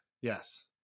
Yes